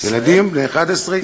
ילדים בני 11,